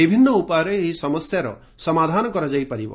ବିଭିନ୍ ଉପାୟରେ ଏହି ସମସ୍ୟାର ସମାଧାନ କରାଯାଇ ପାରିବ